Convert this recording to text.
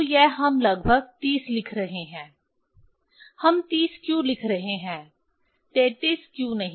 तो यह हम लगभग 30 लिख रहे हैं हम 30 क्यों लिख रहे हैं 33 क्यों नहीं